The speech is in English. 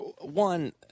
One